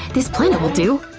this plant will do.